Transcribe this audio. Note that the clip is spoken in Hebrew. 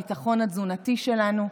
נמשיך לשמור על הביטחון התזונתי שלנו.